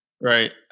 Right